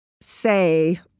say